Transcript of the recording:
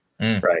right